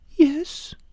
Yes